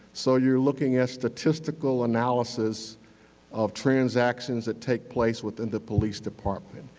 so you are looking at statistical analysis of transactions that take place within the police department.